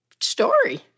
story